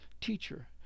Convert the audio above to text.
teacher